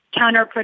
counterproductive